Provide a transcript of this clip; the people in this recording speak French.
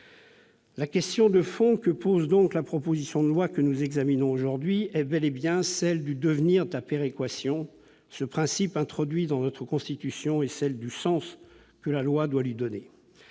La question de fond posée par la proposition de loi que nous examinons aujourd'hui est bel et bien celle du devenir de la péréquation, ce principe introduit dans notre Constitution, et celle du sens que la loi doit lui donner.